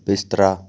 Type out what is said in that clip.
ਬਿਸਤਰਾ